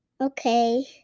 okay